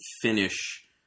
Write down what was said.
finish